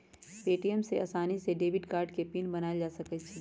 ATM में आसानी से डेबिट कार्ड के पिन बनायल जा सकई छई